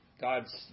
God's